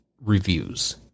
reviews